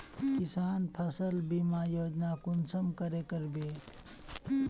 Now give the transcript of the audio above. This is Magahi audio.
किसान फसल बीमा योजना कुंसम करे करबे?